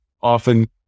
often